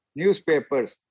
newspapers